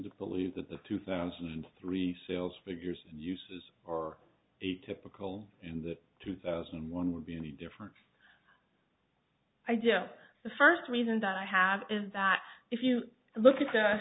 to believe that the two thousand and three sales figures and uses are atypical in that two thousand and one would be any different idea the first reason that i have is that if you look at the